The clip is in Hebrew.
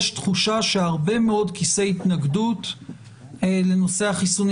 יש תחושה שהרבה מאוד כיסי התנגדות לנושא החיסונים